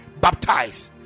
baptized